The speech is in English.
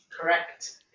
Correct